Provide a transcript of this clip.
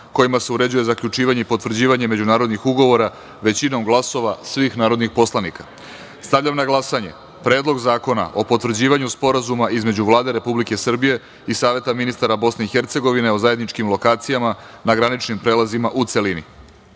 kojima se uređuje zaključivanje i potvrđivanje međunarodnih ugovora većinom glasova svih narodnih poslanika. Stavljam na glasanje Predlog zakona o potvrđivanju Sporazuma između Vlade Republike Srbije i Saveta ministara Bosne i Hercegovine o zajedničkim lokacijama na graničnim prelazima, u celini. Molim